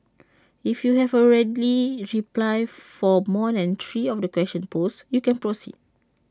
if you have A ready reply for more than three of the questions posed you can proceed